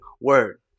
word